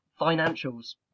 financials